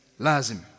lazim